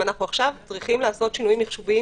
אם אנחנו עכשיו צריכים לעשות שינויים מחשוביים,